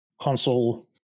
console